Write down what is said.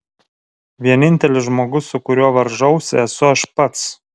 vienintelis žmogus su kuriuo varžausi esu aš pats